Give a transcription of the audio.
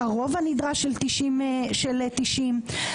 הרוב הנדרש של 90. באמת,